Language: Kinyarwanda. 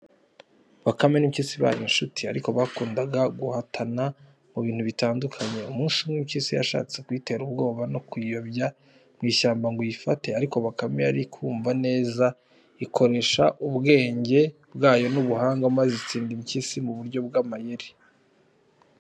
Bakame n’impyisi bari inshuti ariko bakundaga guhatana mu bintu bitandukanye. Umunsi umwe, Impyisi yashatse kuyitera ubwoba no kuyiyobya mu ishyamba ngo iyifate. Ariko Bakame yari iri kumva neza, ikoresha ubwenge bwayo n’ubuhanga, maze itsinda Impyisi mu buryo bw’amayeri.